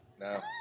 no